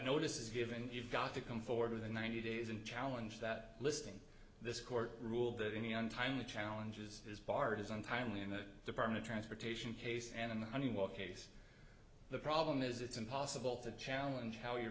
notice is given you've got to come for the ninety days and challenge that listing this court ruled that any on time the challenges is barred as untimely in that department transportation case and in the honeywell case the problem is it's impossible to challenge how your